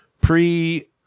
pre